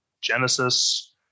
Genesis